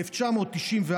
1994,